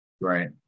right